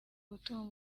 gutuma